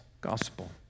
gospel